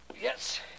Yes